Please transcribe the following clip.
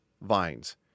vines